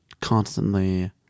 constantly